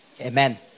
Amen